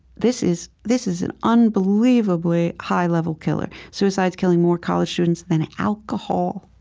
this is this is an unbelievably high-level killer. suicide's killing more college students than alcohol,